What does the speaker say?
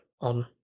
on